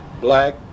black